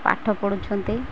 ପାଠ ପଢ଼ୁଛନ୍ତି